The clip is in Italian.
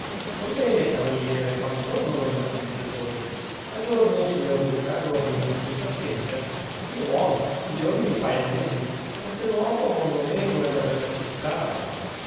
orbene cavaliere quando tornano i nostri viaggiatori a giorni signor duca a giorni è impaziente dio buono i giorni mi paion mesi castelnuovo non lo nego è una bella città